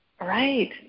Right